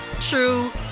true